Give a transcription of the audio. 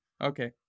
Okay